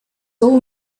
soul